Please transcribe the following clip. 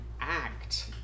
act